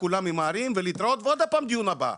כולם ממהרים ולהתראות ועוד הפעם דיון הבא,